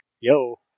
yo